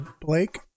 Blake